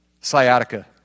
Sciatica